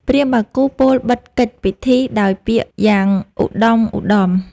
ព្រាហ្មណ៍បាគូពោលបិទកិច្ចពិធីដោយពាក្យយ៉ាងឧត្តុង្គឧត្តម។